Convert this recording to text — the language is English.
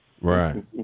Right